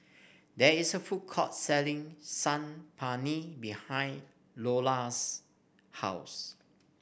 there is a food court selling Saag Paneer behind Lola's house